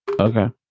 Okay